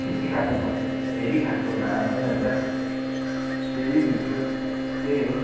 खाएको फेरि खाएको भाँडा मैला हुन्छ फेरि धुन्छु त्यही हो